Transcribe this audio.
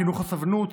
חינוך לסובלנות,